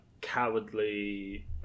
cowardly